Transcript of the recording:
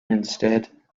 instead